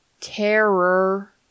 Terror